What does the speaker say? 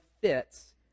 fits